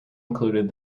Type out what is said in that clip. included